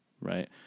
right